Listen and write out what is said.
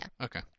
okay